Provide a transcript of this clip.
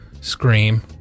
scream